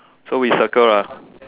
so we circle lah